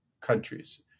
countries